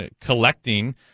collecting